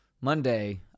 Monday